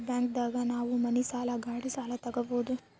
bank ದಾಗ ನಾವ್ money ಸಾಲ ಗಾಡಿ ಸಾಲ ತಗೊಬೋದು